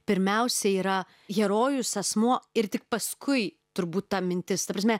pirmiausia yra herojus asmuo ir tik paskui turbūt ta mintis ta prasme